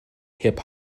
hip